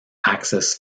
access